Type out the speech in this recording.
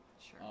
Sure